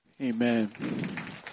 Amen